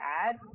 add